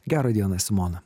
gerą dieną simona